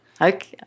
Okay